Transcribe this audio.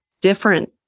different